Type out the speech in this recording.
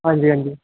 हां जी हां जी